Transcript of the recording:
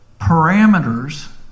parameters